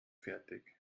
fertig